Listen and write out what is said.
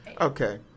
Okay